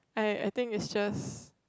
I I think is just